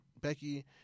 Becky